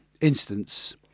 instance